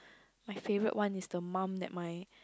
my favourite one is the mum that my